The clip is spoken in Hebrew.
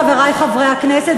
חברי חברי הכנסת,